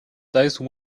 those